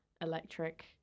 electric